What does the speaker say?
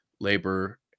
Labor